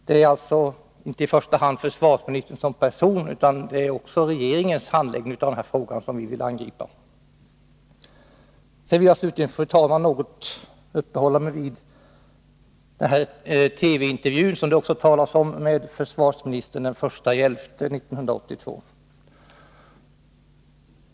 Det är alltså inte i första hand försvarsministern som person utan också regeringens handläggning av denna fråga som vi vill angripa. Sedan vill jag, fru talman, något uppehålla mig vid den TV-intervju med försvarsministern den 1 november 1981 som det också har talats om.